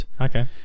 Okay